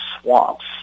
swamps